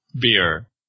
beer